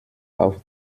auf